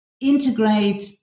integrate